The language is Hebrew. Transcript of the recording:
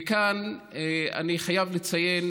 וכאן אני חייב לציין